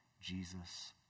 Jesus